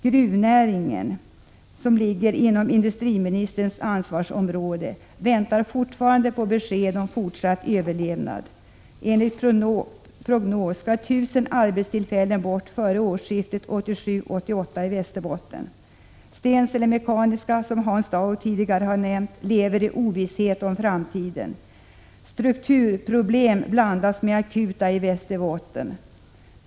Gruvnäringen som ligger inom industriministerns ansvarsområde väntar fortfarande på besked om fortsatt överlevnad. Enligt prognossskall 1 000 arbetstillfällen bort före årsskiftet 1987—88 i Västerbotten. Stensele Mekaniska lever i ovisshet om framtiden, som Hans Dau tidigare nämnde. Strukturproblem blandas med akuta problem i Västerbotten.